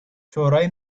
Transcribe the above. شورای